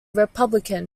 republican